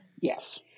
Yes